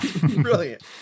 Brilliant